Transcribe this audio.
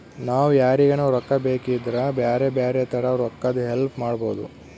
ನಾವು ಯಾರಿಗನ ರೊಕ್ಕ ಬೇಕಿದ್ರ ಬ್ಯಾರೆ ಬ್ಯಾರೆ ತರ ರೊಕ್ಕದ್ ಹೆಲ್ಪ್ ಮಾಡ್ಬೋದು